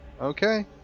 Okay